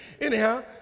Anyhow